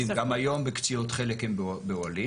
גם היום בקציעות חלק הם באוהלים.